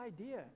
idea